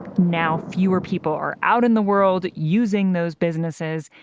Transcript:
now fewer people are out in the world using those businesses.